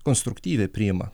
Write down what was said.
konstruktyviai priima